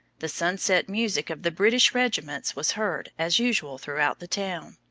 the sunset music of the british regiments was heard as usual throughout the town.